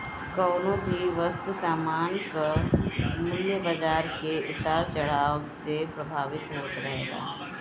कवनो भी वस्तु सामान कअ मूल्य बाजार के उतार चढ़ाव से प्रभावित होत रहेला